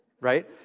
Right